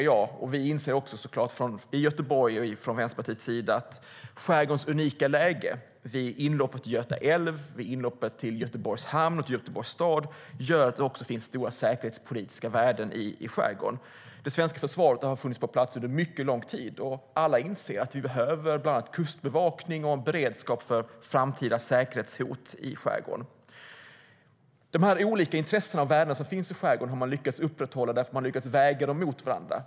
Både i Göteborg och i Vänsterpartiet inser vi att skärgårdens unika läge vid inloppet till Göta älv, Göteborgs hamn och Göteborgs stad gör att det finns stora säkerhetspolitiska värden i den. Det svenska försvaret har funnits på plats under mycket lång tid, och alla inser att vi behöver bland annat kustbevakning och beredskap för framtida säkerhetshot i skärgården. De olika intressen och värden som finns i skärgården har man lyckats upprätthålla genom att väga dem mot varandra.